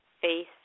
face